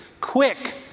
quick